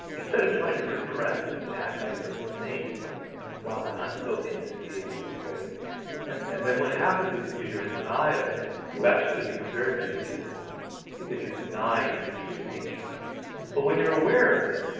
instead of trying to repress it and act like you're a saint like wow, man. i'm so pc. i'm so great and and then what happens is because you're in denial you actually become very manipulative because you're denying your true nature but when you're aware of it,